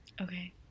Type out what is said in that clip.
Okay